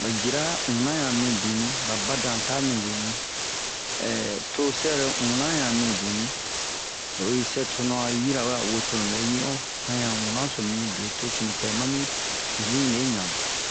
ba jira una han mibini ba badan ta mibini tosɛre una han mibini o yi sɛ tonu yirawe a wosonu bɛ ɲi'o han yan una so mi mide to sunu pɛ mami zine ɲan